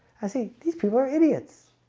i see these people are idiots